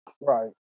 Right